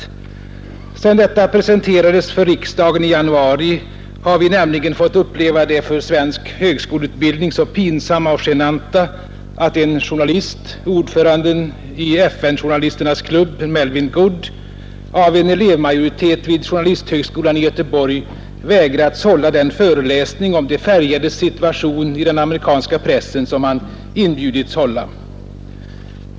Sedan statsverkspropositionen presenterandes för riksdagen i januari har vi nämligen fått uppleva det för svensk högskoleutbildning så pinsamma och genanta att en journalist, ordföranden i FN-journalisternas klubb Malvin Goode, av en elevmajoritet vid journalisthögskolan i Göteborg vägrats hålla den föreläsning om de färgades situation i den amerikanska pressen som han inbjudits hålla.